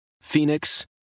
Phoenix